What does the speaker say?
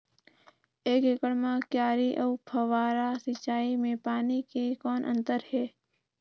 एक एकड़ म क्यारी अउ फव्वारा सिंचाई मे पानी के कौन अंतर हे?